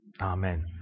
Amen